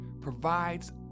provides